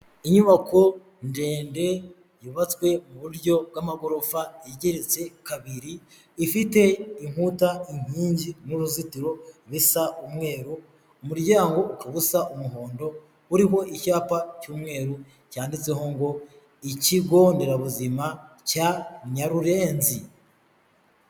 Inyubako ndende yubatswe mu buryo bw'amagorofa igeretse kabiri, ifite inkuta inkingi n'uruzitiro bisa umweru, umuryango ukaba usa umuhondo uriho icyapa cy'umweru cyanditseho ngo ikigo nderabuzima cya Nyarurennzi.